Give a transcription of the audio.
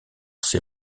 ses